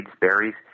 berries